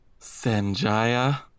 sanjaya